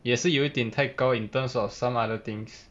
也是有点太高 in terms of some other things